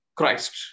Christ